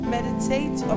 Meditate